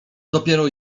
dopiero